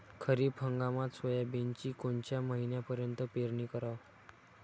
खरीप हंगामात सोयाबीनची कोनच्या महिन्यापर्यंत पेरनी कराव?